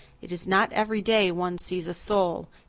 it is not every day one sees a soul.